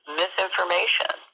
misinformation